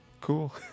cool